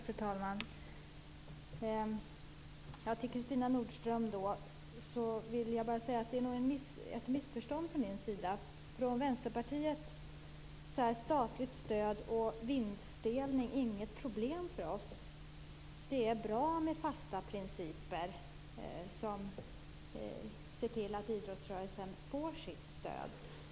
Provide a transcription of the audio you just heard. Fru talman! Jag vill säga till Kristina Nordström att det nog är ett missförstånd från hennes sida. Statligt stöd och vinstdelning är inget problem för oss i Vänsterpartiet. Det är bra med fasta principer så att man ser till att idrottsrörelsen får sitt stöd.